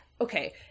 okay